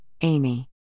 Amy